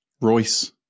Royce